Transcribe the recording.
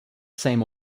same